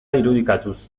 irudikatuz